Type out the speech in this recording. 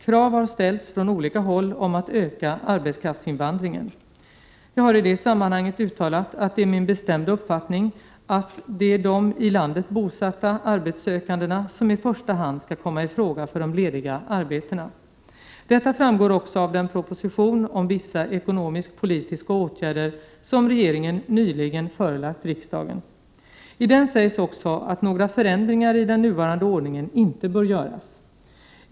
Krav har ställts från olika håll på att öka arbetskraftsinvandringen. Jag har i det sammanhanget uttalat att det är min bestämda uppfattning att det är de i landet bosatta arbetssökandena som i första hand skall komma i fråga för de lediga arbetena. Detta framgår också av den proposition om vissa ekonomisk-politiska åtgärder som regeringen nyligen förelagt riksdagen. I den sägs också att några förändringar i den nuvarande ordningen inte bör göras.